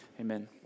amen